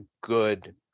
good